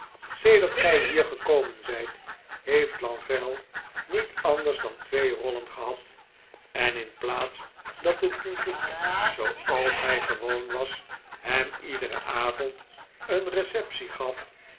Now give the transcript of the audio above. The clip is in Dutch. sedert gij hier gekomen zijt heeft lenville niet anders dan tweede rollen gehad en in plaats dat het publiek zooals hij gewoon was hem iederen avond een receptie gaf